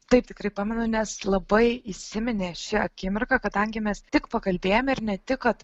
taip tikrai pamenu nes labai įsiminė ši akimirka kadangi mes tik pakalbėjome ir ne tik kad